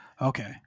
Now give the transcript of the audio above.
Okay